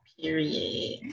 Period